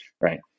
right